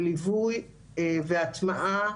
בליווי והטמעה